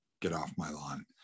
Get-off-my-lawn